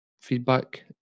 feedback